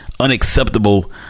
unacceptable